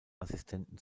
assistenten